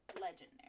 Legendary